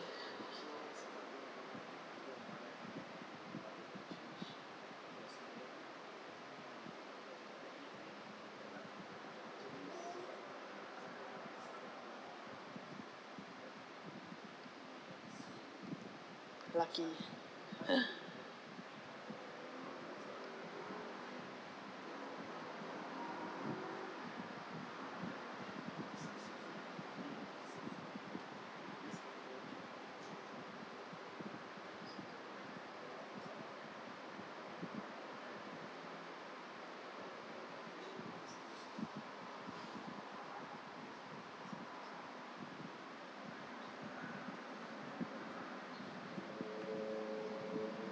lucky